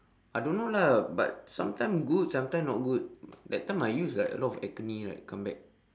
I don't know lah but sometime good sometime not good that time I use like a lot of acne right come back